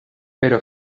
pero